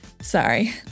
Sorry